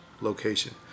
location